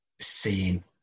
seeing